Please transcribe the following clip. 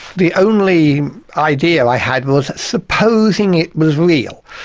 the only ideal i had was supposing it was real.